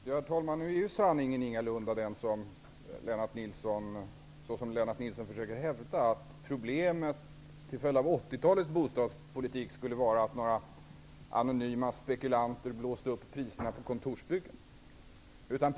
Herr talman! Nu är sanningen ingalunda sådan som Lennart Nilsson försökte hävda, att problemet till följd av 1980-talets bostadspolitik skulle vara att några anonyma spekulanter blåst upp priserna på kontorsbyggen.